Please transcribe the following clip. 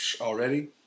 Already